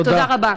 תודה רבה.